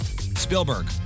Spielberg